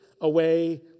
away